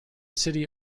city